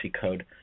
code